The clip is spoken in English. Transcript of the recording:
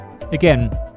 Again